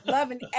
Loving